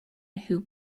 who